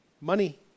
money